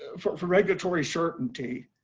ah for for regulatory certainty.